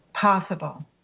possible